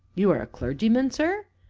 you are a clergyman, sir?